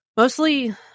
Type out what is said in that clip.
mostly